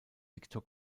viktor